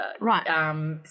Right